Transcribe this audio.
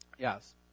Yes